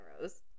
rose